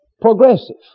Progressive